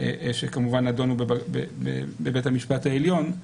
שכמובן נדונו בבית המשפט העליון.